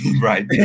Right